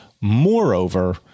moreover